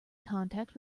contact